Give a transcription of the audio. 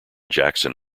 jackson